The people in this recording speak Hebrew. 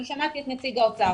אני שמעתי את נציג האוצר,